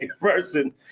person